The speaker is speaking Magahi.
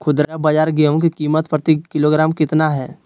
खुदरा बाजार गेंहू की कीमत प्रति किलोग्राम कितना है?